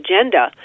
agenda